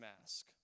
mask